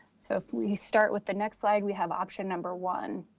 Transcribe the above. so if we start with the next slide, we have option number one,